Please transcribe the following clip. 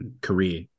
career